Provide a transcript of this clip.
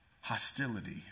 hostility